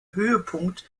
höhepunkt